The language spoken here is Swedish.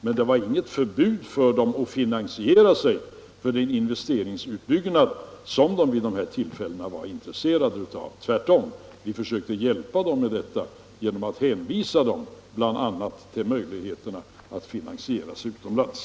Men det fanns inget förbud för dem att finansiera de investeringar som de vid de här tillfällena var intresserade av. Tvärtom, vi försökte hjälpa dem med detta genom att hänvisa dem bl.a. till möjligheterna att finansiera sig utomlands.